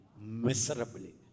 miserably